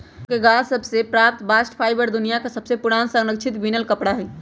oak के गाछ सभ से प्राप्त बास्ट फाइबर दुनिया में सबसे पुरान संरक्षित बिनल कपड़ा हइ